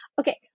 Okay